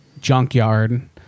junkyard